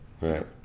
right